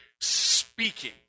speaking